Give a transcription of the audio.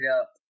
up